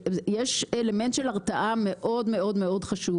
יש אלמנט של הרתעה מאוד חשוב,